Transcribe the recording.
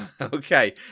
Okay